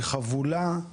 היא חבולה,